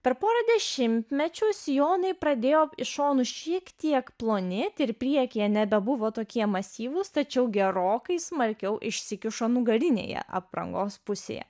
per porą dešimtmečių sijonai pradėjo iš šonų šiek tiek plonėti ir priekyje nebebuvo tokie masyvūs tačiau gerokai smarkiau išsikišo nugarinėje aprangos pusėje